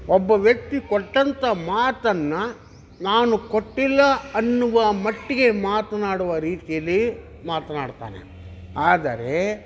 ಒಬ್ಬ ವ್ಯಕ್ತಿ ಕೊಟ್ಟಂತ ಮಾತನ್ನು ನಾನು ಕೊಟ್ಟಿಲ್ಲ ಅನ್ನುವ ಮಟ್ಟಿಗೆ ಮಾತನಾಡುವ ರೀತಿಯಲ್ಲಿ ಮಾತನಾಡ್ತಾನೆ ಆದರೆ